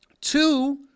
Two